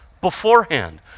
beforehand